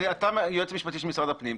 אתה היועץ המשפטי של משרד הפנים,